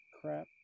crap